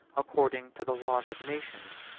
according to the laws of nations,